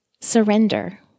surrender